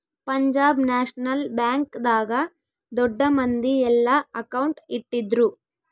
Punjab National Bank ದಾಗ ದೊಡ್ಡ ಮಂದಿ ಯೆಲ್ಲ ಅಕೌಂಟ್ ಇಟ್ಟಿದ್ರು